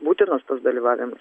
būtinas tas dalyvavimas